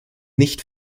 nicht